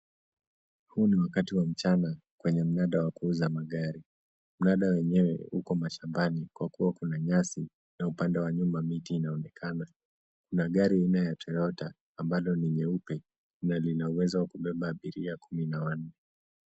Huu ni wakati wa mchana kwenye mnada wa kuuza magari. Mnada wenyewe uko mashambani kwa kuwa kuna nyasi na upande wa nyuma miti inaonekana. Kuna gari aina ya Toyota, ambalo ni nyeupe na lina uwezo wa kubeba abiria kumi na wanne.